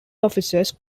officers